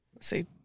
See